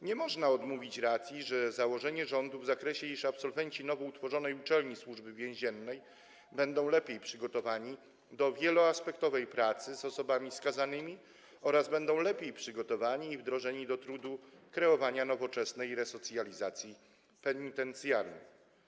Nie można odmówić racji założeniu rządu w zakresie tego, iż absolwenci nowo utworzonej uczelni Służby Więziennej będą lepiej przygotowani do wieloaspektowej pracy z osobami skazanymi oraz będą lepiej przygotowani i wdrożeni do trudu kreowania nowoczesnej resocjalizacji penitencjarnej.